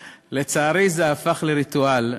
לצערי, זה הפך לריטואל קבוע: